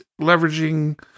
leveraging